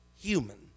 human